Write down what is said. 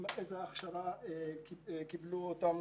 איזו הכשרה הם קיבלו.